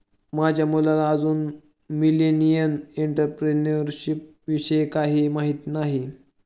माझ्या मुलाला अजून मिलेनियल एंटरप्रेन्युअरशिप विषयी काहीही माहित नाही